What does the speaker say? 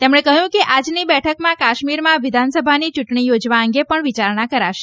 તેમણે કહ્યું કે આજની બેઠકમાં કાશ્મીરમાં વિધાનસભાની ચૂંટણી યોજવા અંગે પણ વિચારણા કરાશે